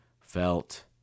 felt